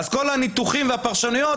אז כל הניתוחים והפרשנויות,